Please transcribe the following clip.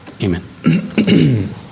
Amen